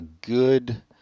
good